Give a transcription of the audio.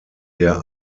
der